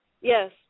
Yes